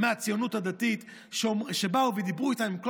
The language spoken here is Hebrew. נשים מהציונות הדתית שבאו ודיברו איתן על כל